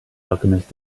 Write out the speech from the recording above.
alchemist